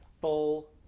full